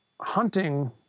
hunting